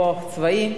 כוח צבאי.